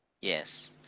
Yes